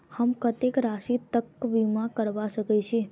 हम कत्तेक राशि तकक बीमा करबा सकै छी?